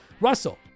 Russell